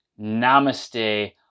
namaste